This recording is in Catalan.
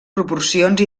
proporcions